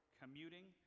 commuting